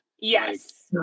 Yes